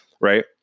Right